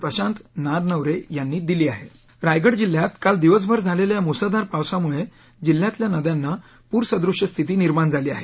प्रशांत नारनवरे यांनी दिली आहे रायगड जिल्ह्यात काल दिवसभर झालेल्या मुसळधार पावसामुळे जिल्ह्यातल्या नद्यांना पूर सदृश स्थिती निर्माण झाली आहे